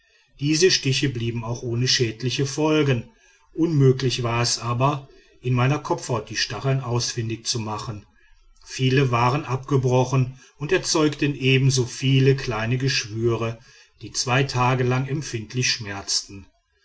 diese stiche blieben auch ohne schädliche folgen unmöglich war es aber in meiner kopfhaut die stacheln ausfindig zu machen viele waren abgebrochen und erzeugten ebenso viele kleine geschwüre die zwei tage lang empfindlich schmerzten